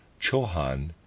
Chohan